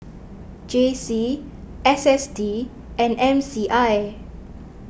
J C S S T and M C I